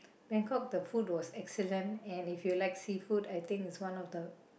Bangkok the food was excellent and if you like seafood I think is one of the